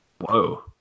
Whoa